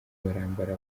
barambara